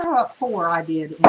what for i did.